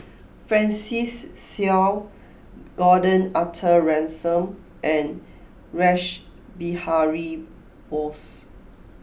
Francis Seow Gordon Arthur Ransome and Rash Behari Bose